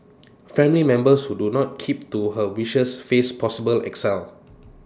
family members who do not keep to her wishes face possible exile